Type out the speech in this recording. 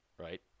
right